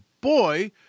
boy